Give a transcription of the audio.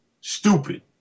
stupid